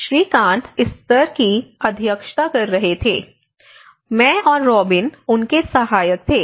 श्रीकांत इस सत्र की अध्यक्षता कर रहे थे मैं और रॉबिन उनके सहायक थे